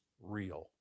real